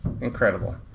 Incredible